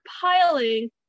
piling